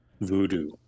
voodoo